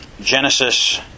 Genesis